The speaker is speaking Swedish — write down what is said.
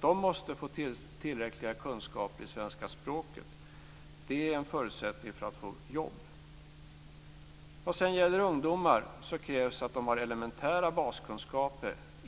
De måste få tillräckliga kunskaper i svenska språket. Detta är en förutsättning för att få jobb. Vad sedan gäller ungdomar krävs att de har elementära baskunskaper.